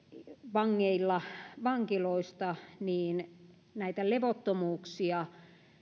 vankiloista niin näitä levottomuuksia